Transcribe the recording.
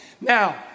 Now